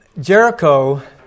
Jericho